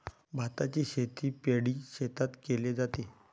भाताची शेती पैडी शेतात केले जाते